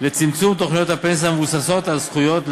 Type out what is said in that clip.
לצמצום תוכניות הפנסיה המבוססות על זכויות,